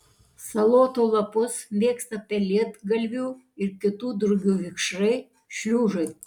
salotų lapus mėgsta pelėdgalvių ir kitų drugių vikšrai šliužai